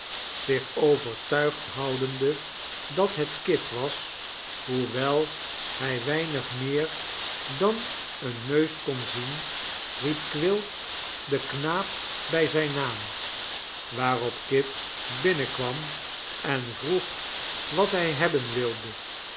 zich overtuigd houdende dat het kit was hoewel hij weinig meer dan een neus kon zien riep quilp den knaap bij zijn naam waarop kit binnenkwam en vroeg wat hij hebben wilde